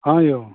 हँ यौ